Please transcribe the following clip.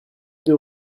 deux